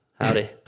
Howdy